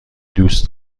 دوست